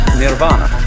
nirvana